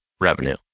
revenue